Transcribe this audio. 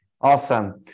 Awesome